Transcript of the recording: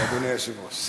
כאדוני היושב-ראש.